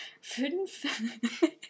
Fünf